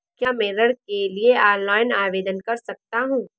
क्या मैं ऋण के लिए ऑनलाइन आवेदन कर सकता हूँ?